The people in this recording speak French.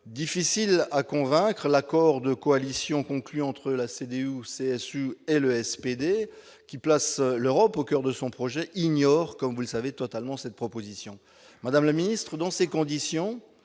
difficile à convaincre l'accord de coalition conclu entre la CDU, CSU et le SPD qui placent l'Europe au coeur de son projet ignore comme vous le savez, totalement cette proposition madame le Ministre dans ces conditions,